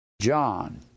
John